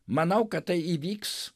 manau kad tai įvyks